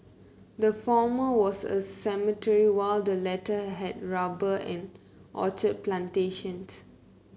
the former was a cemetery while the latter had rubber and orchard plantations